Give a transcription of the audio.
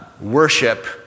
worship